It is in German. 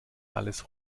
alles